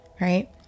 right